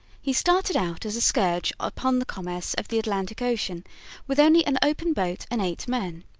he started out as a scourge upon the commerce of the atlantic ocean with only an open boat and eight men.